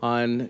on